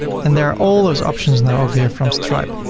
and there are all those options now over here from stripe.